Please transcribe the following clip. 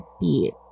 beat